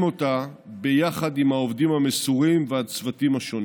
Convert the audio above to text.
אותה ביחד עם העובדים המסורים והצוותים השונים.